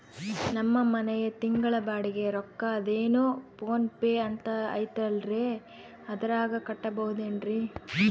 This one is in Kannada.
ನಮ್ಮ ಮನೆಯ ತಿಂಗಳ ಬಾಡಿಗೆ ರೊಕ್ಕ ಅದೇನೋ ಪೋನ್ ಪೇ ಅಂತಾ ಐತಲ್ರೇ ಅದರಾಗ ಕಟ್ಟಬಹುದೇನ್ರಿ?